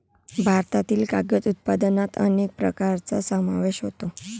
भारतातील कागद उत्पादनात अनेक प्रकारांचा समावेश होतो